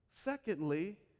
Secondly